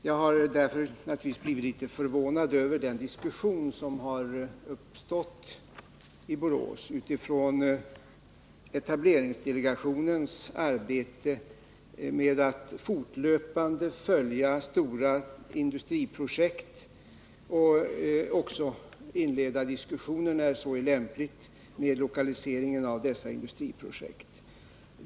Jag har blivit litet förvånad över den debatt som uppstått i Borås med anledning av etableringsdelegationens arbete på att fortlöpande följa stora industriprojekt och också att när så är lämpligt inleda överläggningar om lokaliseringen av dessa industriprojekt.